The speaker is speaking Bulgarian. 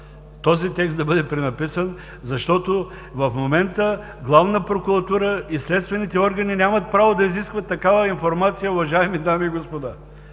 този текст да бъде пренаписан, защото в момента Главната прокуратура и следствените органи нямат право да изискват такава информация, уважаеми дами и господа!